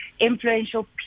influential